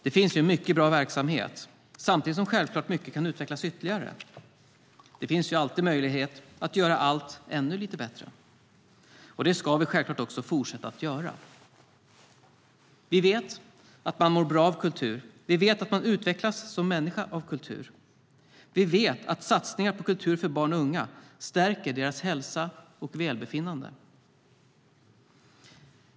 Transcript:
Det finns mycket bra verksamhet, samtidigt som självklart mycket kan utvecklas ytterligare. Det finns alltid möjlighet att göra allt ännu lite bättre, och det ska vi självklart också fortsätta att göra. Vi vet att man mår bra av kultur. Vi vet att man utvecklas som människa av kultur. Vi vet att satsningar på kultur för barn och unga stärker deras hälsa och välbefinnande.